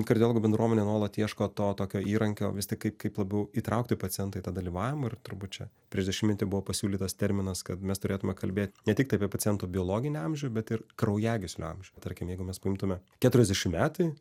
kardiologų bendruomenė nuolat ieško to tokio įrankio vis tik kaip kaip labiau įtraukti pacientą tą dalyvavimą ir turbūt čia prieš dešimtmetį buvo pasiūlytas terminas kad mes turėtume kalbėti ne tik apie paciento biologinį amžių bet ir kraujagyslių amžių tarkim jeigu mes paimtume keturiasdešimtmetį